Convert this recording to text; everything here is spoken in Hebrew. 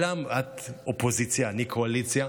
את אופוזיציה ואני קואליציה,